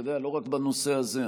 אתה יודע, לא רק בנושא הזה.